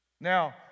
Now